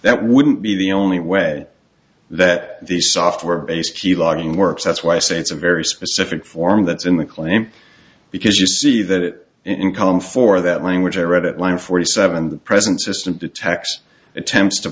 that wouldn't be the only way that the software based you logging works that's why i say it's a very specific form that's in the claim because you see that income for that language i read it line forty seven the present system to tax attempts to